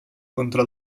contra